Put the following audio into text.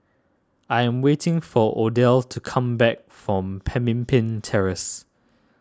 I am waiting for Odell's to come back from Pemimpin Terrace